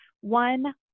One